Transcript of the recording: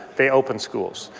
they open schools.